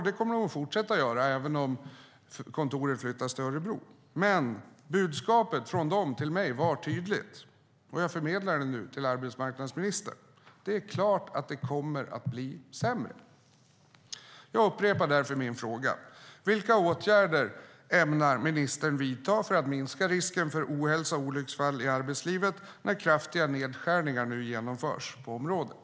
Det kommer de att fortsätta göra, även om kontoret flyttas till Örebro. Men budskapet från dem till mig var tydligt, och jag ska nu förmedla det till arbetsmarknadsministern. De sade: Det är klart att det kommer att bli sämre. Jag upprepar därför min fråga. Vilka åtgärder ämnar ministern vidta för att minska risken för ohälsa och olycksfall i arbetslivet när kraftiga nedskärningar nu genomförs på området?